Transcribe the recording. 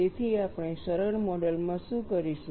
તેથી આપણે સરળ મોડલ માં શું કરીશું